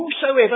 Whosoever